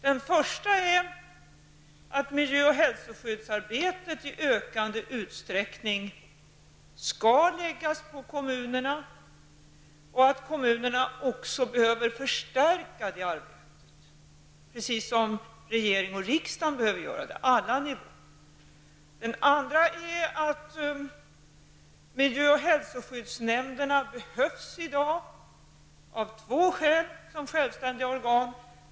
Den första är att miljö och hälsoskyddsarbetet i ökad utsträckning skall läggas på kommunerna och att kommunerna också behöver förstärka det arbetet, precis som regering och riksdagen behöver göra det. Den andra principen är att miljö och hälsoskyddsnämnderna av två skäl i dag behövs som självständiga organ.